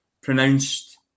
pronounced